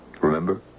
Remember